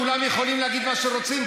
כולם יכולים להגיד מה שהם רוצים,